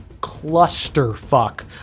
clusterfuck